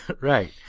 Right